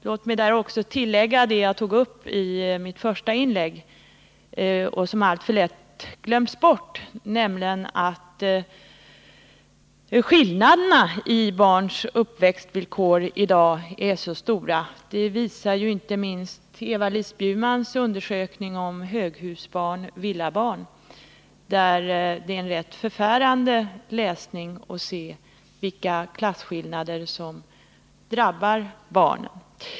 Låt mig tillägga vad jag tog upp i mitt första inlägg och som alltför lätt glöms bort, nämligen att skillnaderna i barns uppväxtvillkor i dag är stora. Det visar inte minst Eva-Lis Bjurmans undersökning Höghusbarn — villabarn, som är en rätt förfärande läsning och där man kan se vilka klasskillnader som drabbar barnen.